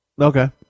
Okay